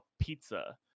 pizza